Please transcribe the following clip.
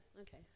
okay